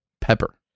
Pepper